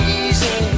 easy